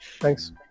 Thanks